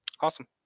Awesome